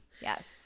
Yes